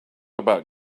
about